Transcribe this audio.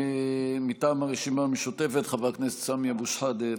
מטעם הרשימה המשותפת חבר הכנסת סמי אבו שחאדה,